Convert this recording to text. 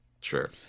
Sure